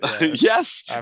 Yes